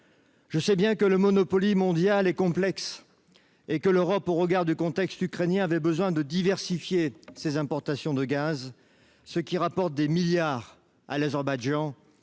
Je sais bien que le Monopoly mondial est complexe et que l’Union européenne, au regard du contexte ukrainien, avait besoin de diversifier ses importations de gaz, ce qui rapporte des milliards à l’Azerbaïdjan,